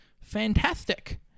Fantastic